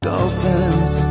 Dolphins